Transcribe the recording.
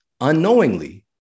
unknowingly